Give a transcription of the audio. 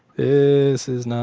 is is nooot,